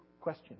question